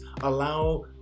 allow